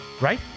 right